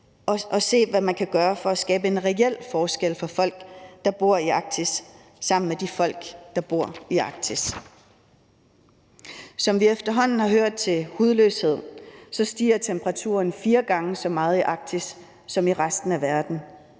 og se, hvad man kan gøre for at skabe en reel forskel for folk, der bor i Arktis, sammen med de folk, der bor i Arktis. Som vi efterhånden har hørt til hudløshed, stiger temperaturen fire gange så meget i Arktis som i resten af verden.